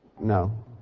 No